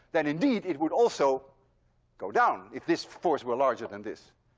then indeed it would also go down, if this force were larger than this.